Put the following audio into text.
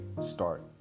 start